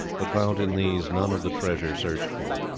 but found in these none of the treasure searched for.